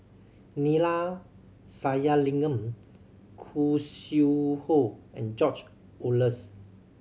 Neila Sathyalingam Khoo Sui Hoe and George Oehlers